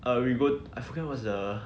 uh we go I forget what's the